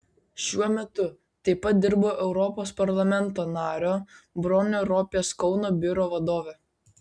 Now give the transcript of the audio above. šiuo metu taip pat dirbu europos parlamento nario bronio ropės kauno biuro vadove